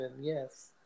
Yes